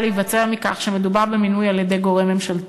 להיווצר מכך שמדובר במינוי על-ידי גורם ממשלתי.